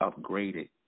upgraded